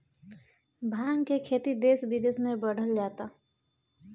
भाँग के खेती देस बिदेस में बढ़ल जाता